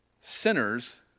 sinners